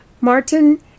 Martin